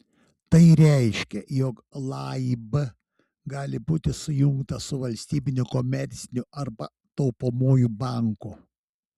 tai reiškia jog laib gali būti sujungtas su valstybiniu komerciniu arba taupomuoju banku